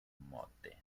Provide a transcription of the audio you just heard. motte